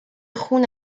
خون